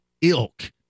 ilk